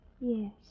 Yes